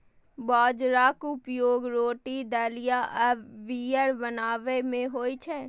बाजराक उपयोग रोटी, दलिया आ बीयर बनाबै मे होइ छै